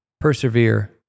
Persevere